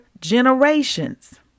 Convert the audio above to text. generations